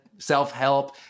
self-help